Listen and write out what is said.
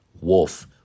wolf